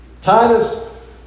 Titus